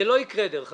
זה לא יקרה, דרך אגב.